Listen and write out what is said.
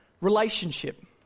relationship